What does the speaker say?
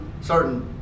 certain